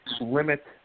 limit